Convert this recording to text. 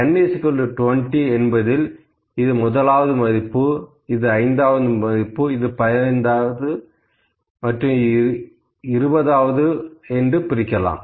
n 20 என்பதில் இது முதலாம் மதிப்பு இது ஐந்தாவது இது பத்தாவது இது பதினைந்தாவது மற்றும் இது இருபதாவது என்று பிரிக்கலாம்